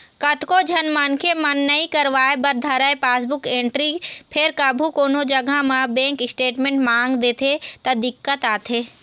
कतको झन मनखे मन नइ करवाय बर धरय पासबुक एंटरी फेर कभू कोनो जघा म बेंक स्टेटमेंट मांग देथे त दिक्कत आथे